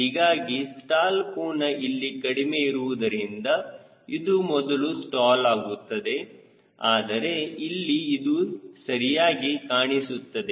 ಹೀಗಾಗಿ ಸ್ಟಾಲ್ ಕೋನ ಇಲ್ಲಿ ಕಡಿಮೆ ಇರುವುದರಿಂದ ಇದು ಮೊದಲು ಸ್ಟಾಲ್ ಆಗುತ್ತದೆ ಆದರೆ ಇಲ್ಲಿ ಇದು ಸರಿಯಾಗಿ ಕಾಣಿಸುತ್ತದೆ